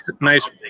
nice